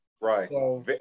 Right